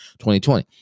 2020